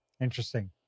Interesting